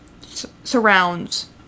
surrounds